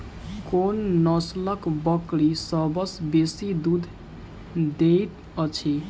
कोन नसलक बकरी सबसँ बेसी दूध देइत अछि?